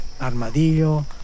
armadillo